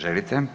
Želite?